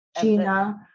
Gina